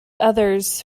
others